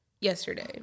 yesterday